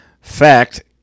Fact